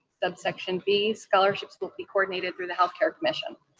subsection b, scholarships will be coordinated through the healthcare commission.